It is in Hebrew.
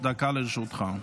דקה לרשותך.